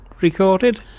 recorded